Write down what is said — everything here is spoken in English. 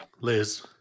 Liz